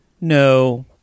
no